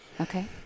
Okay